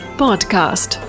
podcast